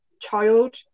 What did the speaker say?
child